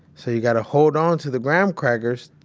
so you got to hold onto the graham crackers.